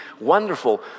wonderful